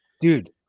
dude